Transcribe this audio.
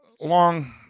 long